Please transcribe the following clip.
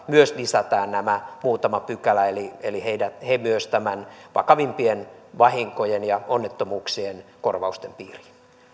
myös lisätään muutama pykälä eli eli myös heidät lisätään vakavimpien vahinkojen ja onnettomuuksien korvausten piiriin